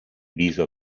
viso